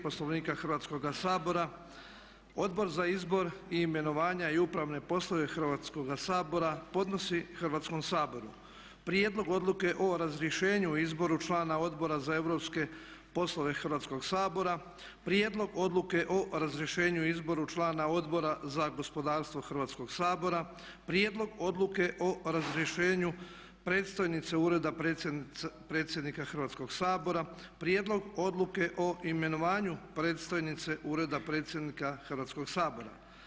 Poslovnika Hrvatskoga sabora Odbor za izbor, imenovanja i upravne poslove Hrvatskoga sabora podnosi Hrvatskom saboru Prijedlog odluke o razrješenju i izboru člana Odbora za europske poslove Hrvatskog sabora, Prijedlog odluke o razrješenju i izboru člana Odbora za gospodarstvo Hrvatskog sabora, Prijedlog odluke o razrješenju predstojnice Ureda predsjednika Hrvatskog sabora, Prijedlog odluke o imenovanju predstojnice Ureda predsjednika Hrvatskog sabora.